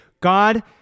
God